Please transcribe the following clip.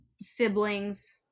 siblings